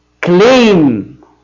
claim